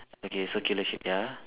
okay so killer ship ya